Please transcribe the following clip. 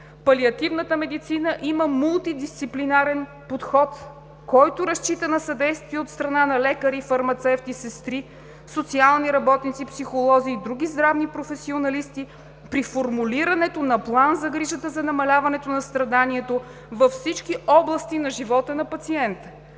Палиативната медицина има мултидисциплинарен подход, който разчита на съдействие от страна на лекари, фармацевти, сестри, социални работници, психолози и други здравни професионалисти при формулирането на план за грижа за намаляване на страданието във всички области на живота на пациента.